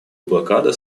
блокада